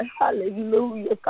Hallelujah